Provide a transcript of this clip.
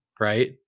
right